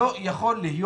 לא יכול להיות.